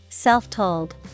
Self-told